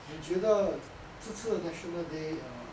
你觉得这次的 national day err